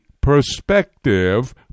perspective